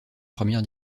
première